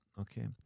Okay